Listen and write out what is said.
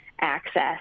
access